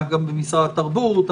היה במשרד התרבות,